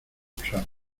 usar